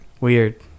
Weird